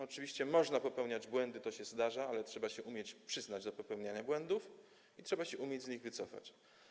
Oczywiście można popełniać błędy, to się zdarza, ale trzeba umieć się przyznać do popełniania błędów i trzeba umieć się z nich wycofać.